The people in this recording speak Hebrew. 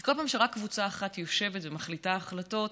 כי בכל פעם שרק קבוצה אחת יושבת ומחליטה החלטות,